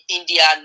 India